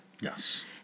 Yes